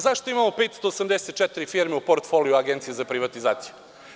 Zašto imamo 584 firme u portfoliju Agencije za privatizaciju?